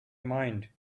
mind